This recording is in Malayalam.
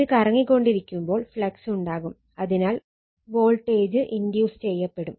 ഇത് കറങ്ങി കൊണ്ടിരിക്കുമ്പോൾ ഫ്ലക്സ് ചെയ്യപ്പെടും